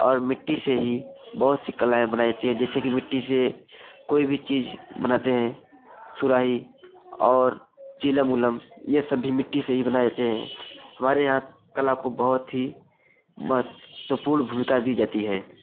और मिट्टी से ही बहुत सी कलाएँ बनाई जाती है जैसे कि मिट्टी से कोई भी चीज़ बनाते हैं सुराही और चिलम उलम यह सभी मिट्टी से ही बनाए जाते हैं हमारे यहाँ कला को बहुत ही महत्वपूर्ण भूमिका दी जाती है